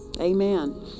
Amen